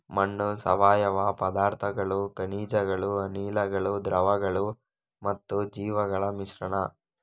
ಮಣ್ಣು ಸಾವಯವ ಪದಾರ್ಥಗಳು, ಖನಿಜಗಳು, ಅನಿಲಗಳು, ದ್ರವಗಳು ಮತ್ತು ಜೀವಿಗಳ ಮಿಶ್ರಣ